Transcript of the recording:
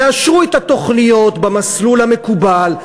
יאשרו את התוכניות במסלול המקובל,